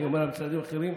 אני אומר על משרדים אחרים,